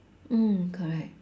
mm correct